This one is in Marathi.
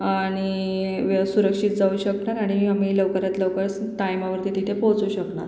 आणि व्य सुरक्षित जाऊ शकणार आणि आम्ही लवकरात लवकर स टायमावरती तिथे पोचू शकणार